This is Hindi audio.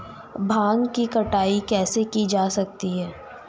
भांग की कटाई कैसे की जा सकती है?